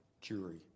jury